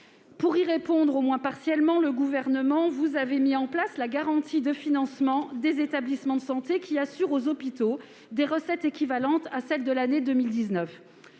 Pour y répondre, du moins partiellement, le Gouvernement a mis en place la garantie de financement des établissements de santé, qui assure aux hôpitaux des recettes équivalentes à celles de l'année 2019.